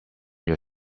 your